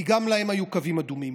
כי גם להם היו קווים אדומים.